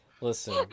listen